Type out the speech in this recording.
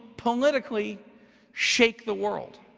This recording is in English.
politically shake the world.